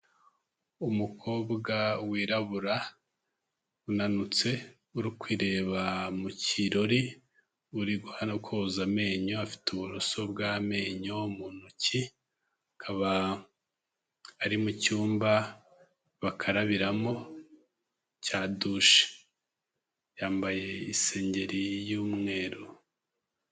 Umukobwa wirabura, unanutse, uri kwirebaba mu kirori, uri hano koza amenyo, afite uburoso bw'amenyo mu ntoki, akaba ari mu cyumba bakarabiramo cya dushe, yambaye isengeri y'umweru.